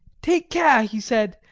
take care, he said,